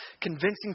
convincing